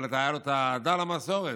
אבל הייתה לו את האהדה למסורת,